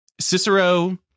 Cicero